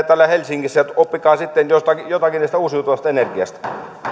täällä helsingissä ja oppikaa sitten jotakin jotakin tästä uusiutuvasta energiasta